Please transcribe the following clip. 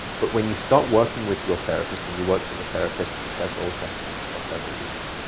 but when you stop working with your therapist, and you work with a therapist for several sessions across several weeks,